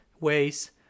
ways